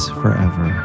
forever